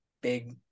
big